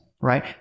right